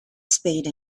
spade